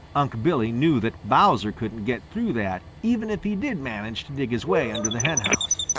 unc' billy knew that bowser couldn't get through that, even if he did manage to dig his way under the henhouse.